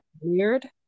weird